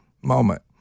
moment